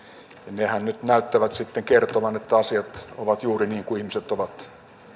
nehän nyt näyttävät sitten kertovan että asiat ovat juuri niin kuin ihmiset ovat